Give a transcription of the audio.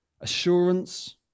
assurance